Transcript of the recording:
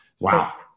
Wow